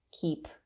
keep